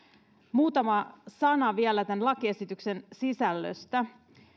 muutama sana vielä tämän lakiesityksen sisällöstä